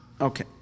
Okay